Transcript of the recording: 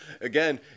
again